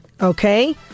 Okay